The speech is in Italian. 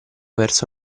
verso